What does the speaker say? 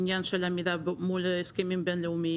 עניין של עמידה מול הסכמים בין-לאומיים.